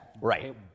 Right